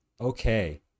Okay